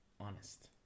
honest